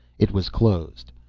it was closed.